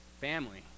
Family